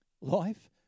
Life